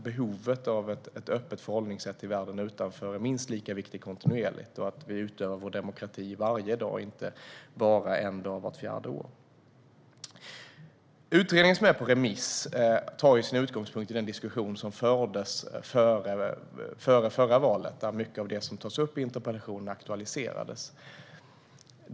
Behovet av ett öppet förhållningssätt till världen utanför är minst lika viktigt och att det sker kontinuerligt - att vi utövar vår demokrati varje dag och inte bara en dag vart fjärde år. Utredningen som är på remiss tar sin utgångspunkt i den diskussion som fördes före förra valet då mycket av det som tas upp i interpellationen aktualiserades.